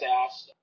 asked